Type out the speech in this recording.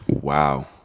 Wow